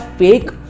fake